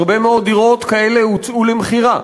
הרבה מאוד דירות כאלה הוצעו למכירה.